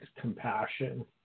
compassion